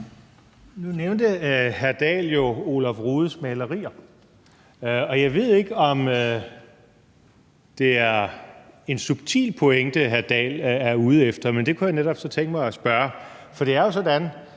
Nu nævnte hr. Henrik Dahl jo Olaf Rudes malerier, og jeg ved ikke, om det er en subtil pointe, hr. Henrik Dahl er ude efter, men det kunne jeg netop tænke mig så at spørge om. For det er jo sådan,